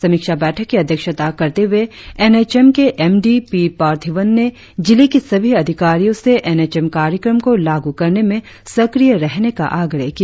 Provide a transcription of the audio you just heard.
समीक्षा बैठक की अध्यक्षता करते हुए एन एच एम के एम डी पी पर्थिवन ने जिले के सभी अधिकारियों से एन एच एम कार्यक्रमों को लागू करने में सक्रिय रहने का आग्रह किया